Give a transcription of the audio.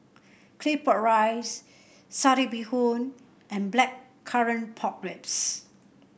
Claypot Rice Satay Bee Hoon and Blackcurrant Pork Ribs